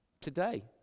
today